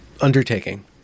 undertaking